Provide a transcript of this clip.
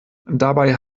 dabei